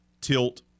tilt